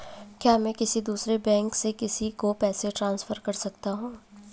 क्या मैं किसी दूसरे बैंक से किसी को पैसे ट्रांसफर कर सकता हूं?